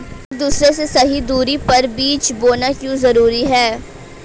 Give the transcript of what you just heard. एक दूसरे से सही दूरी पर बीज बोना क्यों जरूरी है?